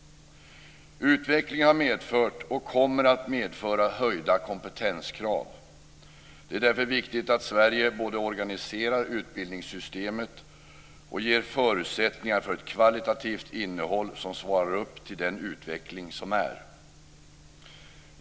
Utvecklingen har medfört och kommer att medföra höjda kompetenskrav. Det är därför viktigt att Sverige både organiserar utbildningssystemet och ger förutsättningar för ett kvalitativt innehåll som svarar mot den utveckling som sker.